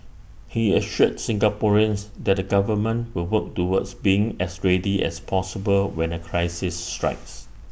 he assured Singaporeans that the government will work towards being as ready as possible when A crisis strikes